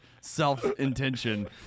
self-intention